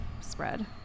spread